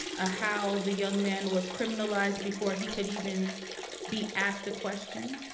ah how the young man was criminalized before he could even be asked a question,